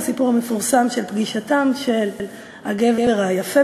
הסיפור המפורסם של פגישתם של הגבר היפה